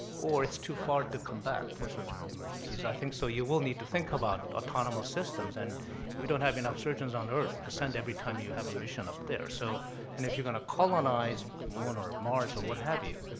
or it's too far to come back for surgical emergencies, i think. so you will need to think about autonomous systems and we don't have enough surgeons on earth to send every time you have a mission up there, so and if you're gonna colonize moon or mars or what have you,